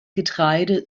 getreide